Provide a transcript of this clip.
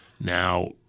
now